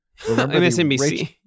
MSNBC